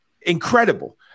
incredible